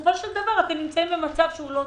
בסופו של דבר אתם נמצאים במצב לא טוב.